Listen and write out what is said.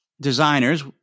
designers